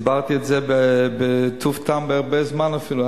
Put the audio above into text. הסברתי את זה בטוב-טעם והרבה זמן אפילו,